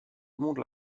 remonte